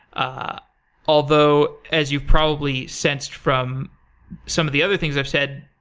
ah although, as you've probably sensed from some of the other things i've said,